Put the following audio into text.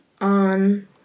on